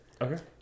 Okay